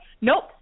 nope